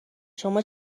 شما